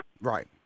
Right